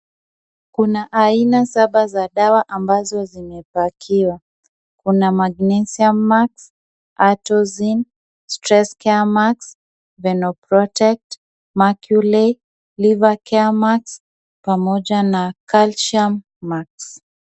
Kuna aina saba za madawa ambazo zimepakiwa. Kuna Magnesium max, Artoresin, Stresscare max, Veno protect, merculay, livercare max, pamoja na kalcium max.